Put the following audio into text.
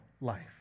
life